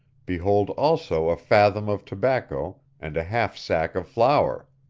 behold also a fathom of tobacco and a half sack of flour.